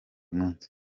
munsi